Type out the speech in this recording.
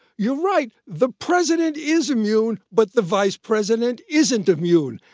you're right, the president is immune, but the vice president isn't immune!